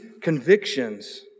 convictions